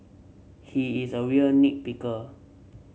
he is a real nit picker